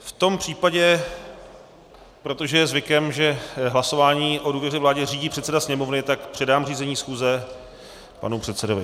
V tom případě, protože je zvykem, že hlasování o důvěře vládě řídí předseda Sněmovny, tak předám řízení schůze panu předsedovi.